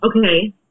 okay